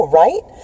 right